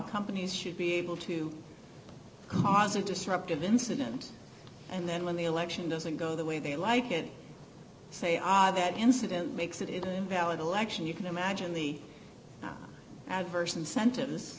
companies should be able to cause a disruptive incident and then when the election doesn't go the way they like it say ah that incident makes it invalid election you can imagine the adverse incentives